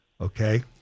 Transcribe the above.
okay